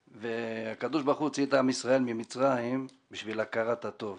הקדוש ברוך הוציא את עם ישראל ממצרים בשביל הכרת הטוב,